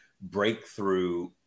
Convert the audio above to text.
breakthrough